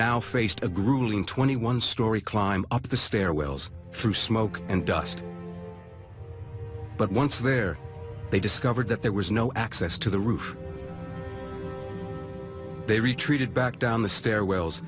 now faced a grueling twenty one storey climb up the stairwells through smoke and dust but once there they discovered that there was no access to the roof they retreated back down the stairwells